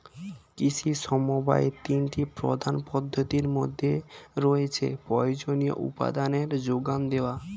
কৃষি সমবায়ের তিনটি প্রধান পদ্ধতির মধ্যে রয়েছে প্রয়োজনীয় উপাদানের জোগান দেওয়া